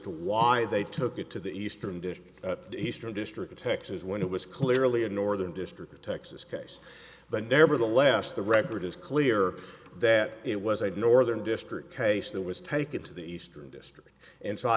to why they took it to the eastern dish eastern district of texas when it was clearly a northern district of texas case but nevertheless the record is clear that it was a northern district case that was taken to the eastern district and so i